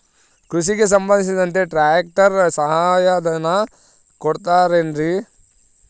ಕೃಷಿಗೆ ಸಂಬಂಧಿಸಿದಂತೆ ಟ್ರ್ಯಾಕ್ಟರ್ ಸಹಾಯಧನ ಕೊಡುತ್ತಾರೆ ಏನ್ರಿ?